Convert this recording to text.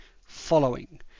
following